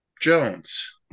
Jones